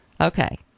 Okay